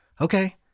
okay